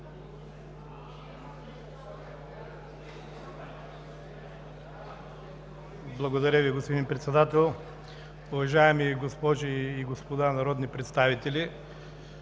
Благодаря Ви, господин Председател. Уважаеми госпожи и господа народни представители,